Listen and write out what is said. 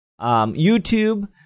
YouTube